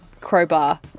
crowbar